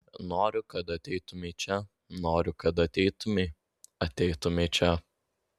noriu kad ateitumei čia noriu kad ateitumei ateitumei čia